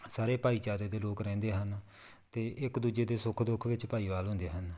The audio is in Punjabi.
ਸਾਰੇ ਭਾਈਚਾਰੇ ਦੇ ਲੋਕ ਰਹਿੰਦੇ ਹਨ ਅਤੇ ਇੱਕ ਦੂਜੇ ਤੇ ਸੁੱਖ ਦੁੱਖ ਵਿੱਚ ਭਾਈ ਵਾਲ ਹੁੰਦੇ ਹਨ